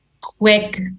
quick